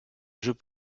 jeux